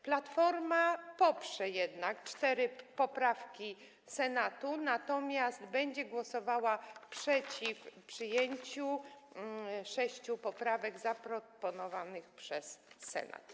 Platforma poprze jednak cztery poprawki Senatu, natomiast będzie głosowała przeciw przyjęciu sześciu poprawek zaproponowanych przez Senat.